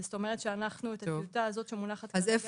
זאת אומרת שהטיוטה שמונחת כרגע --- איפה